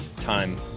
time